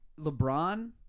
LeBron